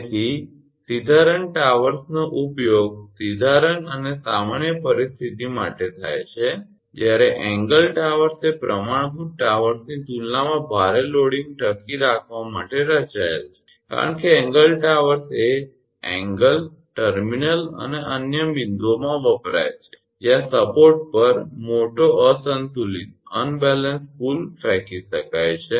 તેથી સીધા રન ટાવર્સનો ઉપયોગ સીધા રન અને સામાન્ય પરિસ્થિતિ માટે થાય છે જ્યારે એંગલ ટાવર્સ એ પ્રમાણભૂત ટાવર્સની તુલનામાં ભારે લોડિંગને ટકી રહેવા માટે રચાયેલ છે કારણ કે એંગલ ટાવર્સ એ એંગલ ટર્મિનલ અને અન્ય બિંદુઓમાં વપરાય છે જ્યાં સપોર્ટ પર મોટો અસંતુલિત પુલ ફેંકી શકાય છે